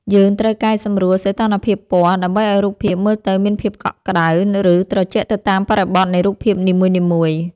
យើងត្រូវកែសម្រួល សីតុណ្ហភាពពណ៌ ដើម្បីឱ្យរូបភាពមើលទៅមានភាពកក់ក្ដៅ ឬត្រជាក់ទៅតាមបរិបទនៃរូបភាពនីមួយៗ។